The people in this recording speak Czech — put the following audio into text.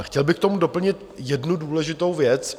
Chtěl bych k tomu doplnit jednu důležitou věc.